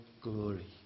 glory